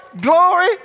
glory